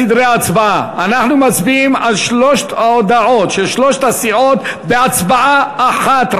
סדרי ההצבעה: אנחנו מצביעים על שלוש ההודעות של שלוש הסיעות בהצבעה אחת,